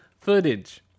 footage